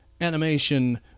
animation